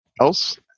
else